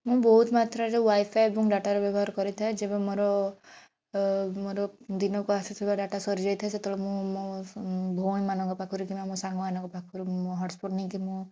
ମୁଁ ବହୁତ ମାତ୍ରାରେ ୱାଇ ଫାଇ ଏବଂ ଡାଟାର ବ୍ୟବହାର କରିଥାଏ ଯେବେ ମୋର ମୋର ଦିନକୁ ଆସୁଥିବା ଡାଟା ସରିଯାଇଥାଏ ସେତେବେଳେ ମୁଁ ମୁଁ ଭଉଣୀ ମାନଙ୍କ ପାଖରୁ କିମ୍ବା ମୋ ସାଙ୍ଗମାନଙ୍କ ପାଖରୁ ମୁଁ ହଟ୍ସ୍ପଟ୍ ନେଇକି ମୁଁ